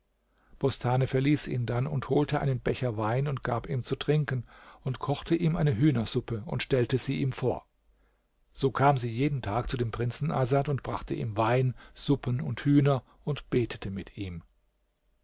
bostane verließ ihn dann und holte einen becher wein und gab ihm zu trinken und kochte ihm eine hühnersuppe und stellte sie ihm vor so kam sie jeden tag zu dem prinzen asad und brachte ihm wein suppen und hühner und betete mit ihm